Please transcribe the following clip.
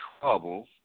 trouble